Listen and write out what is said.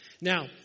Now